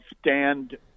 stand